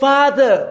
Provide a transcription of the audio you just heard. Father